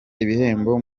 ibihembo